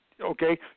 Okay